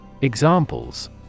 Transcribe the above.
Examples